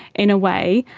in a way,